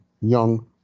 young